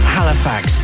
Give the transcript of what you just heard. Halifax